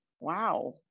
wow